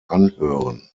anhören